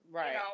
Right